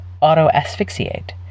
auto-asphyxiate